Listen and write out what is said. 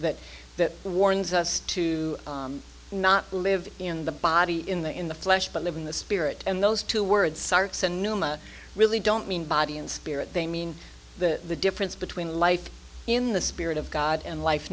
that warns us to not live in the body in the in the flesh but live in the spirit and those two words really don't mean body and spirit they mean the difference between life in the spirit of god and life